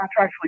contractually